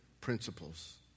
principles